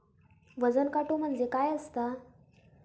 वजन काटो म्हणजे काय असता?